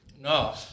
No